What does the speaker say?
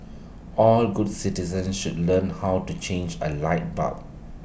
all good citizens should learn how to change A light bulb